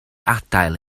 adael